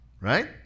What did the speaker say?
Right